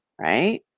right